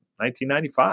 1995